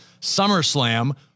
SummerSlam